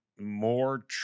more